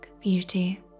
beauty